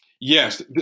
Yes